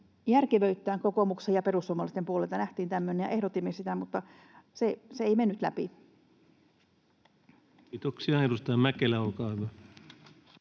järkevöittää. Kokoomuksen ja perussuomalaisten puolelta nähtiin tämmöinen, ja ehdotimme sitä, mutta se ei mennyt läpi. [Speech 5] Speaker: Ensimmäinen